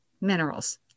minerals